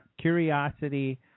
Curiosity